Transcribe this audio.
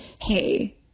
hey